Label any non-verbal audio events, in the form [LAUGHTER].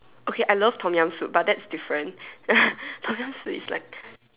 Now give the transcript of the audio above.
okay I love Tom-Yum soup but that's different [LAUGHS] Tom-Yum soup is like